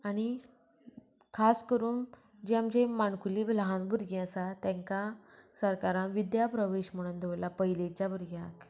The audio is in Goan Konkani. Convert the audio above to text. आनी खास करून जी आमची माणकुली ल्हान भुरगीं आसा तांकां सरकारान विद्या प्रवेश म्हणून दवरला पयलीच्या भुरग्यांक